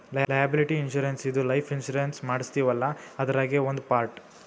liability insurance ಇದು life insurance ಮಾಡಸ್ತೀವಲ್ಲ ಅದ್ರಾಗೇ ಒಂದ್ ಪಾರ್ಟ್